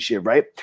right